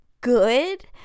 good